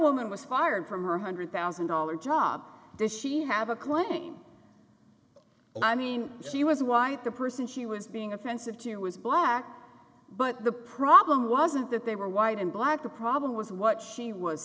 en was fired from her hundred thousand dollar job does she have a claim i mean she was white the person she was being offensive to was black but the problem wasn't that they were white and black the problem was what she was